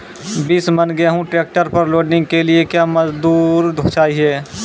बीस मन गेहूँ ट्रैक्टर पर लोडिंग के लिए क्या मजदूर चाहिए?